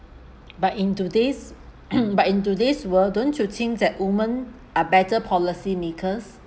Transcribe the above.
but in today's but in today's world don't you think that women are better policy makers